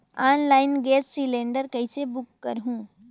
Online gas cylinder कइसे book करहु?